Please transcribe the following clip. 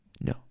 no